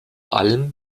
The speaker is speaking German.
allem